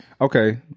Okay